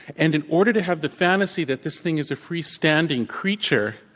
and in order to have the fantasy that this thing is a free standing creature,